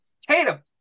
Tatum